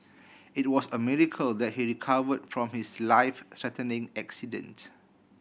it was a miracle that he recovered from his life threatening accident